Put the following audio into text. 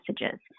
messages